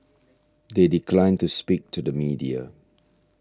they declined to speak to the media